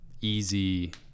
easy